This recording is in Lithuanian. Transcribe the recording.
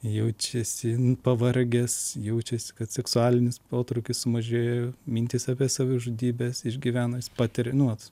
jaučiasi pavargęs jaučiasi kad seksualinis potraukis sumažėjo mintis apie savižudybes išgyvena jis patiria nu vat